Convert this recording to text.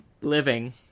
living